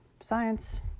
science